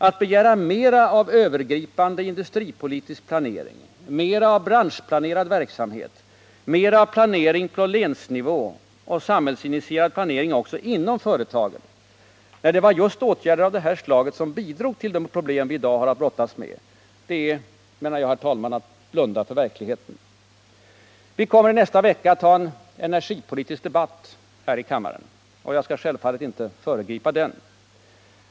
Att begära mera av övergripande industripolitisk planering, mera av branschplanerad verksamhet, mera av planering på länsnivå och samhällsinitierad planering också inom företagen, när det var just åtgärder av det här slaget som bidrog till de problem vi i dag har att brottas med, det är, herr talman, att blunda för verkligheten. Vi kommer nästa vecka att ha en energipolitisk debatt här i kammaren. Jag vill självfallet inte föregripa den.